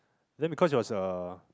then because it was a